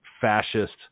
fascist